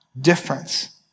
difference